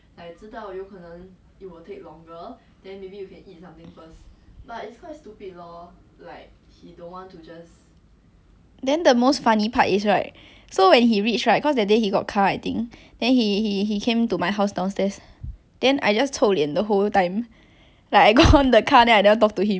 then the most funny part is right so when he reached right cause that day he got car I think then he he he came to my house downstairs then I just 臭脸 the whole time like I go on the car then I never talk to him then like it's damn obvious that I very angry then he never even ask me why I angry then I just like !wah! in my mind I wanna kill him